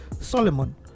Solomon